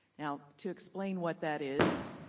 now to explain what that is,